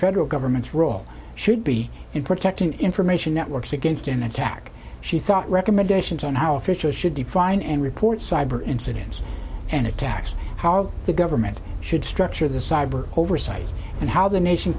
federal government's role should be in protecting information networks against an attack she thought recommendations on how officials should define and report cyber incidents and attacks how the government should structure the cyber oversight and how the nation